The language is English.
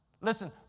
Listen